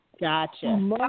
Gotcha